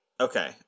Okay